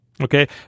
Okay